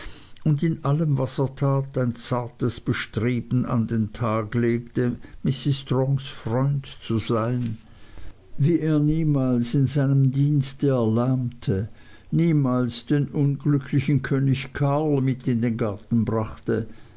und in allem was er tat ein zartes bestreben an den tag legte mrs strongs freund zu sein wie er niemals in seinem dienste erlahmte niemals den unglücklichen könig karl mit in den garten brachte